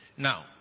Now